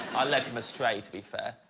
led him astray to be fair